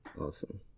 Awesome